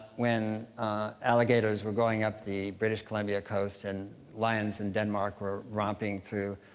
when alligators were going up the british columbia coast, and lions in denmark were romping through